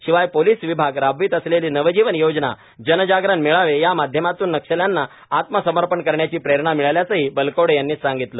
शिवाय पोलिस विभाग राबवीत असलेली नवजीवन योजना जनजागरण मेळावे या माध्यमातून नक्षल्यांना आत्मसमर्पण करण्याची प्रेरणा मिळाल्याचेही बलकवडे यांनी सांगितले